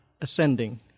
ascending